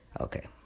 Okay